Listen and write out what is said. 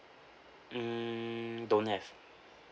hmm don't have